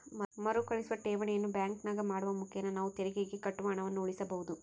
ಮರುಕಳಿಸುವ ಠೇವಣಿಯನ್ನು ಬ್ಯಾಂಕಿನಾಗ ಮಾಡುವ ಮುಖೇನ ನಾವು ತೆರಿಗೆಗೆ ಕಟ್ಟುವ ಹಣವನ್ನು ಉಳಿಸಬಹುದು